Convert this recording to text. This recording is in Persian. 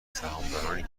سهامدارنی